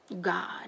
God